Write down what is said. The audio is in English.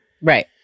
Right